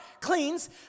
cleans